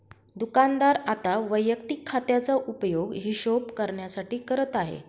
दुकानदार आता वैयक्तिक खात्याचा उपयोग हिशोब करण्यासाठी करत आहे